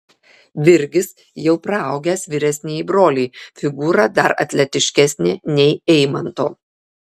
virgis jau praaugęs vyresnįjį brolį figūra dar atletiškesnė nei eimanto